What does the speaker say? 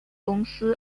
公司